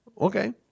Okay